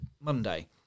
Monday